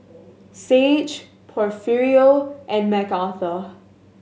Saige Porfirio and Mcarthur